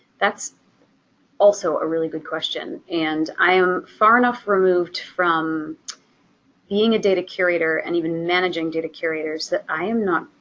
that's also a really good question. and i am far enough removed from being a data curator, and even managing data curators, that i am not.